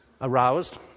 aroused